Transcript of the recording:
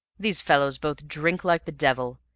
these fellows both drink like the devil,